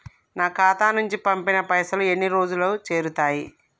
నా ఖాతా నుంచి పంపిన పైసలు ఎన్ని రోజులకు చేరుతయ్?